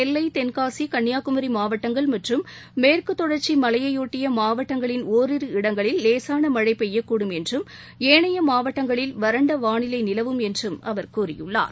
நெல்லை தென்காசி மேற்குத் தமிழகத்தில் மற்றும் தொடர்ச்சிமலையையொட்டியமாவட்டங்களின் ஒரிரு இடங்களில் லேசானமழைபெய்யக்கூடும் என்றும் ஏனைய மாவட்டங்களில் வறண்டவானிலைநிலவும் என்றும் அவர் கூறியுள்ளார்